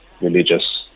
religious